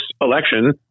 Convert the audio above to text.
election